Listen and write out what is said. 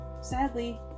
Sadly